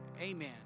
Amen